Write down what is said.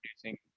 producing